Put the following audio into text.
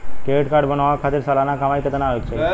Credit card बनवावे खातिर सालाना कमाई कितना होए के चाही?